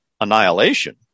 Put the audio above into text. annihilation